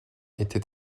était